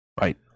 Right